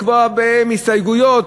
לקבוע הסתייגויות,